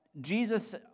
Jesus